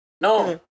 No